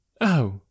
Oh